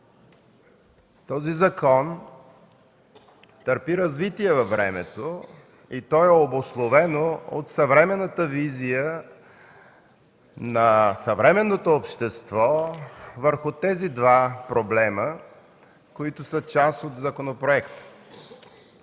Този закон търпи развитие във времето и то е обусловено от съвременната визия на съвременното общество върху тези два проблема, които са част от законопроекта.